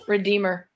Redeemer